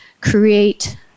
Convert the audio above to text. create